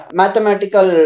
mathematical